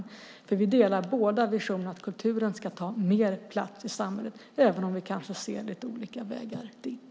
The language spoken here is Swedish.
Vi delar båda visionen att kulturen ska ta mer plats i samhället även om vi kanske ser lite olika vägar dit.